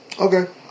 okay